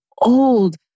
old